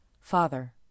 Father